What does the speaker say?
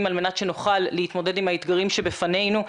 על מנת שנוכל להתמודד עם האתגרים שבפנינו.